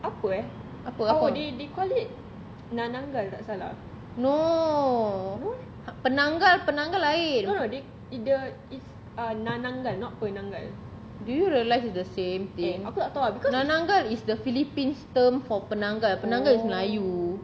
apa apa no penanggal penanggal lain do you realise it's the same thing because nananggal is the philippines term for penanggal penanggal is melayu